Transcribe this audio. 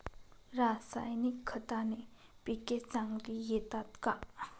रासायनिक खताने पिके चांगली येतात का?